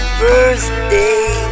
birthday